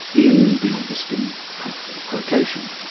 in the augustine quotation.